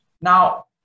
Now